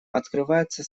открывается